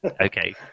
Okay